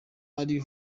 ari